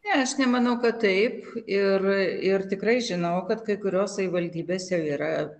ne aš nemanau kad taip ir ir tikrai žinau kad kai kurios savivaldybės jau yra